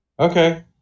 Okay